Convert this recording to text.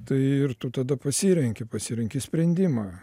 tai ir tu tada pasirenki pasirenki sprendimą